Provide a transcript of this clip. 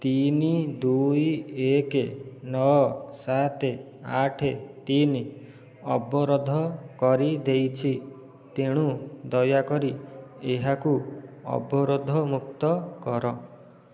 ତିନି ଦୁଇ ଏକ ନଅ ସାତ ଆଠ ତିନି ଅବରୋଧ କରିଦେଇଛି ତେଣୁ ଦୟାକରି ଏହାକୁ ଅବରୋଧମୁକ୍ତ କର